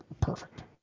Perfect